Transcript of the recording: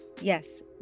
Yes